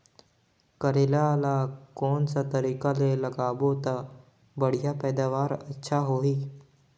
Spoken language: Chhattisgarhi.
करेला ला कोन सा तरीका ले लगाबो ता बढ़िया पैदावार अच्छा होही?